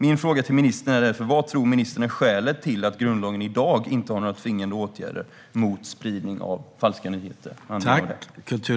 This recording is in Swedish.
Min fråga till ministern är därför: Vad tror ministern är skälet till att grundlagen i dag inte har några tvingande åtgärder mot spridning av falska nyheter?